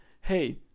hey